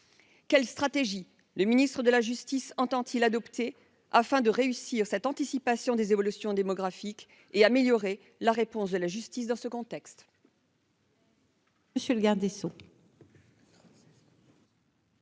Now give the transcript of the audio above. quelle stratégie le Ministre de la Justice entend-il adopté afin de réussir cette anticipation des évolutions démographiques et améliorer la réponse de la justice dans ce contexte.